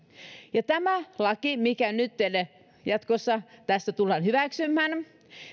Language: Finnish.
ja tämä lakihan mikä nytten jatkossa tästä tullaan hyväksymään